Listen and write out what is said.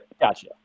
Gotcha